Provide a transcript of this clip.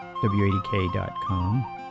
wadk.com